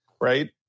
right